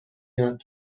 یاد